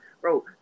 Bro